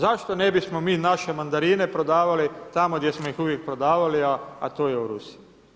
Zašto ne bismo mi naše mandarine prodavali tamo, gdje smo ih uvijek prodavali a to je u Rusiji.